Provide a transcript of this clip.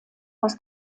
aus